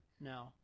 No